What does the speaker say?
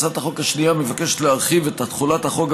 הצעת החוק השנייה מבקשת להרחיב את תחולת החוק,